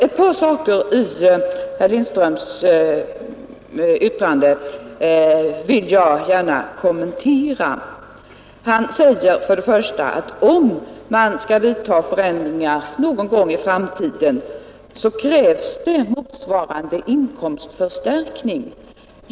Ett par saker i herr Lindströms anförande vill jag gärna kommentera. Han gör för det första gällande att om vi skall vidta förändringar någon gång i framtiden så krävs en motsvarande inkomstförstärkning.